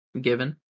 given